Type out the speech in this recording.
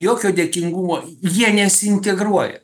jokio dėkingumo jie nesiintegruoja